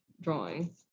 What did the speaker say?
drawing